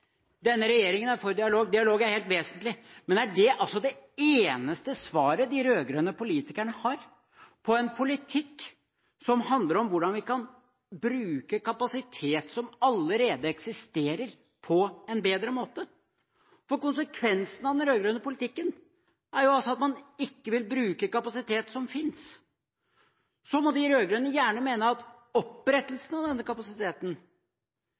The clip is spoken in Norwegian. Denne regjeringen er for dialog – dialog er helt vesentlig. Men er det det eneste svaret de rød-grønne politikerne har på en politikk som handler om hvordan vi kan bruke kapasitet som allerede eksisterer, på en bedre måte? Konsekvensen av den rød-grønne politikken er at man ikke vil bruke kapasitet som finnes. Så må de rød-grønne gjerne mene at opprettelsen av denne kapasiteten